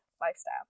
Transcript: lifestyle